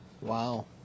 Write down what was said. Wow